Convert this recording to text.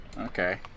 Okay